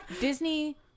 Disney